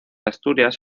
asturias